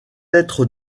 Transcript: être